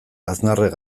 aznarrek